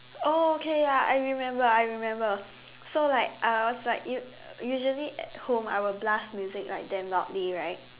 oh okay ya I remember I remember so like I was like u~ usually at home I will blast music like damn loudly right